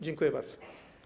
Dziękuję bardzo.